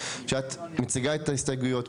כשאת מציעה את ההסתייגויות,